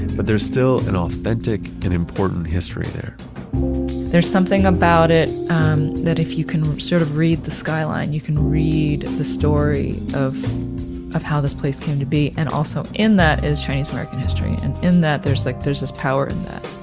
but there's still an authentic and important history there there's something about it that if you can sort of read the skyline, you can read the story of of how this place came to be. and also in that is chinese-american history, and in that there's like there's this power in that,